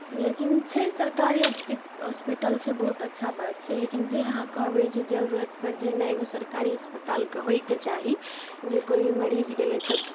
लेकिन छै सरकारी हॉस्पी हॉस्पिटल छै बहुत अच्छा बात छै लेकिन जे अहाँ कहबै जे जरूरतपर जे नहि एगो सरकारी अस्पतालके होयके चाही जे कोइ भी मरीज गेलै तऽ